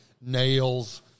Nails